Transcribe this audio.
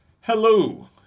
hello